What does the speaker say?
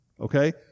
okay